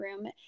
room